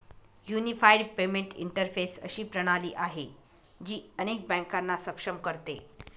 unified payment interface अशी प्रणाली आहे, जी अनेक बँकांना सक्षम करते